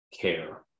care